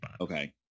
Okay